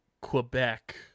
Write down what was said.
Quebec